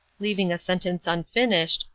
leaving a sentence unfinished,